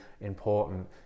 important